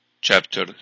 chapter